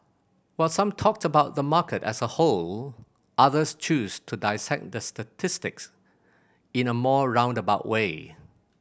while some talked about the market as a whole others chose to dissect the statistics in a more roundabout way